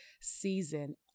season